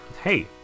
hey